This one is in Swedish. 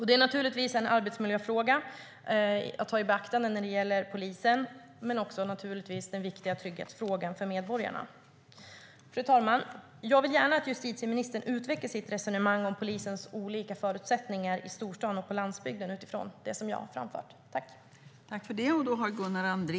Det är en arbetsmiljöfråga att ta i beaktande när det gäller polisen, men det är naturligtvis också en viktig trygghetsfråga för medborgarna. Fru talman! Jag vill gärna att justitieministern utvecklar sitt resonemang om polisens olika förutsättningar i storstaden och på landsbygden utifrån det som jag har framfört.